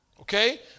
Okay